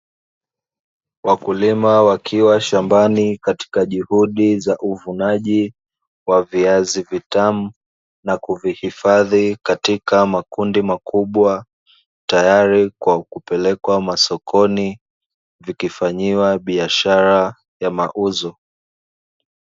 Wakulima wakiwa shambani katika juhudi za kuvuna wa viazi vitamu na kuvihifadhi katika makundi makubwa, tayari kwa kupelekwa masokoni vikifanyiwa biashara ya mauzo.